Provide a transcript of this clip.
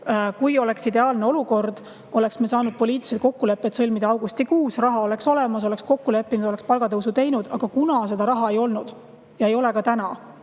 kui oleks ideaalne olukord, oleks me saanud poliitilised kokkulepped sõlmida augustikuus. Raha oleks olemas, oleks kokku leppinud, oleks palgatõusu teinud, aga kuna seda raha ei olnud ja ei ole ka täna